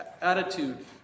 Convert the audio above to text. attitude